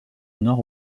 nord